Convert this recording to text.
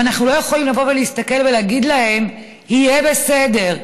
ואנחנו לא יכולים לבוא ולהסתכל ולהגיד להם: יהיה בסדר,